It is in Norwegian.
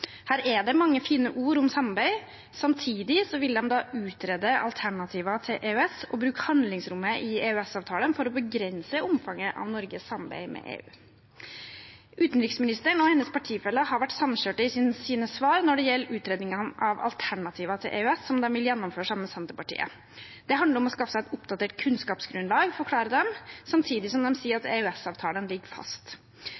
Her er det mange fine ord om samarbeid. Samtidig vil de utrede alternativer til EØS og bruke handlingsrommet i EØS-avtalen for å begrense omfanget av Norges samarbeid med EU. Utenriksministeren og hennes partifeller har vært samkjørte i sine svar når det gjelder utredningen av alternativer til EØS, som de vil gjennomføre sammen med Senterpartiet. Det handler om å skaffe seg et oppdatert kunnskapsgrunnlag, forklarer de, samtidig som de sier at